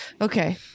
Okay